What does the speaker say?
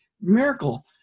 Miracle